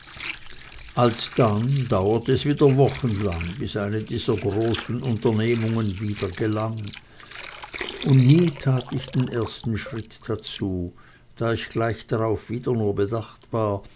alsdann dauerte es wieder wochenlang bis eine dieser großen unternehmungen wieder gelang und nie tat ich den ersten schritt dazu da ich gleich darauf wieder nur bedacht war